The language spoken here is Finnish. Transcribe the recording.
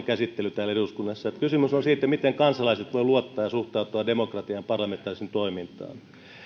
käsittely täällä eduskunnassa mikään naurun asia ole kysymys on siitä miten kansalaiset voivat luottaa ja suhtautua demokratiaan ja parlamentaariseen toimintaan